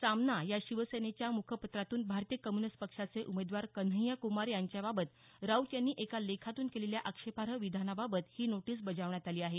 सामना या शिवसेनेनच्या मुखपत्रातून भारतीय कम्युनिस्ट पक्षाचे उमेदवार कन्हैय्या कुमार यांच्याबाबत राऊत यांनी एका लेखातून केलेल्या आक्षेपार्ह विधानाबाबत ही नोटीस बजावण्यात आली आहे